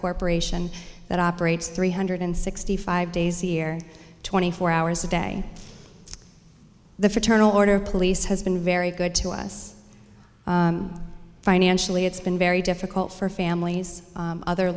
corporation that operates three hundred sixty five days a year twenty four hours a day the fraternal order of police has been very good to us financially it's been very difficult for families other